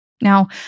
Now